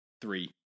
three